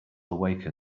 awaken